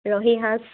ৰহী সাঁজ